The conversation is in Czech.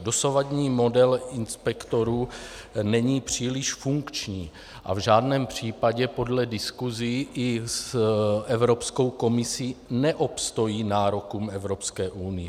Dosavadní model inspektorů není příliš funkční a v žádném případě podle diskusí i s Evropskou komisí neobstojí nárokům Evropské unie.